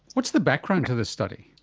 what's the background to this study?